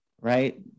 right